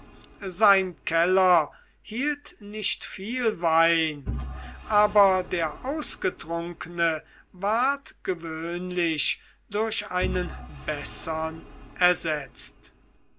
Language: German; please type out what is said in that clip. sein keller hielt nicht viel wein aber der ausgetrunkene ward gewöhnlich durch einen bessern ersetzt